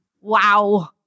wow